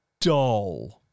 dull